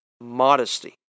modesty